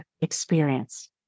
experience